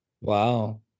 Wow